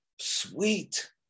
sweet